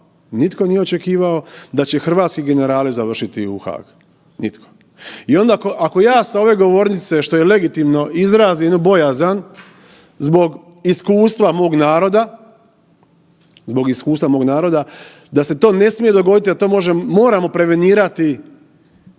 nitko nije očekivao da će hrvatski generali završiti u Hagu, nitko. I onda ako ja sa ove govornice, što je legitimno, izrazim jednu bojazan zbog iskustva mog naroda, zbog iskustva mog naroda da se to ne smije dogoditi, a to moramo prevenirati,